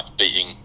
beating